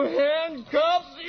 handcuffs